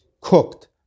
cooked